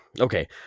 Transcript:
Okay